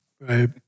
Right